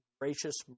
gracious